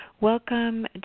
welcome